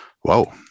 Whoa